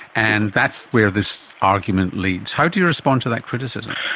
and that's where this argument leads. how do you respond to that criticism?